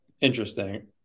Interesting